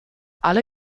alle